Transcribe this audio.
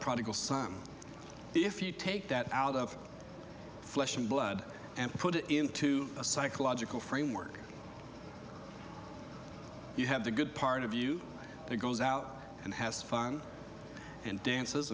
prodigal son if you take that out of flesh and blood and put it into a psychological framework you have the good part of you that goes out and has fun and dances